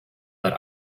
but